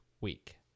week